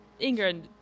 Ingrid